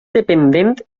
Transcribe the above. dependent